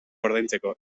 ordaintzeko